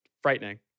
frightening